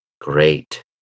great